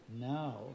now